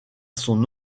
son